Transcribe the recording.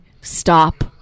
stop